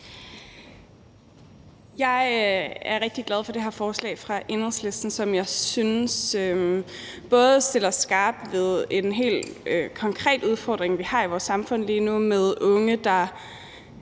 Jeg er rigtig glad for det her forslag fra Enhedslisten, som jeg synes både stiller skarpt på en helt konkret udfordring, vi lige nu har i vores samfund, med unge, der